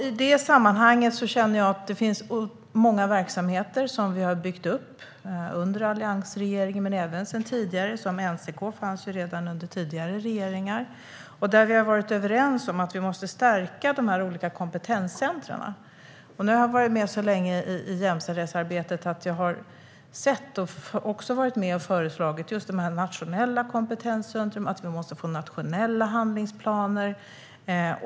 I det sammanhanget vill jag säga att det finns många verksamheter som vi byggde upp under alliansregeringen - eller tidigare; NCK fanns ju redan under tidigare regeringar. Vi har varit överens om att vi måste stärka de olika kompetenscentrumen. Nu har jag varit med så länge i jämställdhetsarbetet att jag har varit med och föreslagit just de här nationella kompetenscentrumen, liksom nationella handlingsplaner.